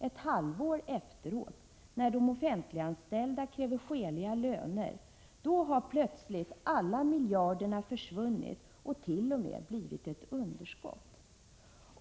Ett halvår efteråt, när de offentliganställda kräver skäliga löner, har plötsligt miljarderna försvunnit och i stället blivit ett underskott.